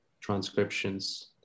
transcriptions